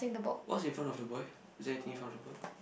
what is in front of the boy is there anything in front of the boy